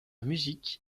musique